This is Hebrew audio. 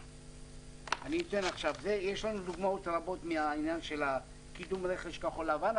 יש לנו דוגמאות רבות מעניין קידום רכש כחול לבן.